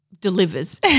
delivers